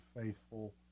faithful